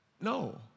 No